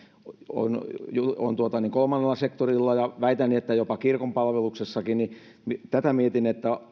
ovat kolmannella sektorilla ja väitän että jopa kirkon palveluksessakin mietin